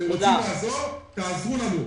אתם רוצים לעזור תעזרו לנו.